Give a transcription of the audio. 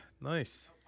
nice